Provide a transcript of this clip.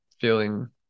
feeling